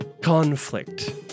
conflict